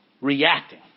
reacting